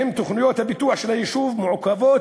שבהם תוכניות הפיתוח של היישוב מעוכבות